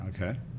Okay